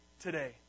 today